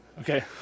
Okay